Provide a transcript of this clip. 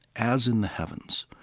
as in the heavens,